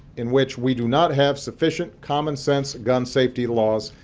in which we do not have sufficient common sense gun safety laws,